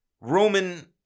Roman